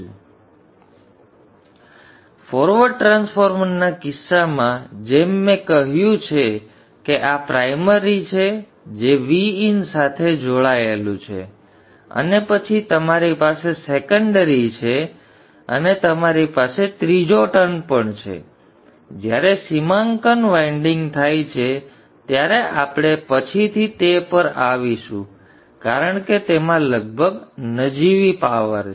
તેથી ફોરવર્ડ ટ્રાન્સફોર્મરના કિસ્સામાં જેમ મેં કહ્યું છે કે આ પ્રાઇમરી છે જે Vin સાથે જોડાયેલું છે અને પછી તમારી પાસે સેકન્ડરી છે અને તમારી પાસે ત્રીજો ટર્ન પણ છે જ્યારે સીમાંકન વાઇન્ડિંગ થાય છે ત્યારે આપણે પછીથી તે પર આવીશું કારણ કે તેમાં લગભગ નજીવી પાવર છે